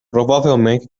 provavelmente